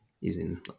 using